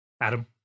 Adam